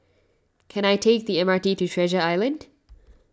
can I take the M R T to Treasure Island